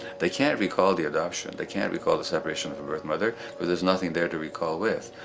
they can't recall the adoption. they can't recall the separation of the birth mother because there's nothing there to recall with.